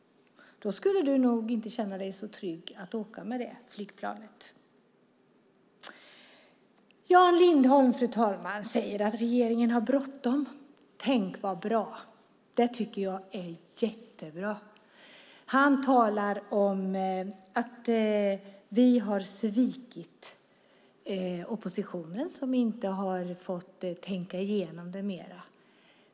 Du skulle nog inte känna dig så trygg med att åka med det flygplanet. Jan Lindholm, fru talman, säger att regeringen har bråttom. Tänk vad bra! Det tycker jag är jättebra. Han talar om att vi har svikit oppositionen, som inte har fått tänka igenom detta mer.